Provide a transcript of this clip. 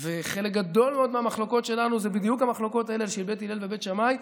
חלק גדול מהמחלוקות שלנו הוא בדיוק המחלוקות האלה של בית הלל ובית שמאי,